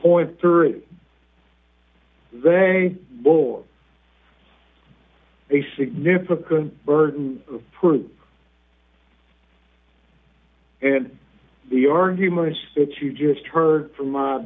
point thirty they hold a significant burden of proof and the arguments that you just heard from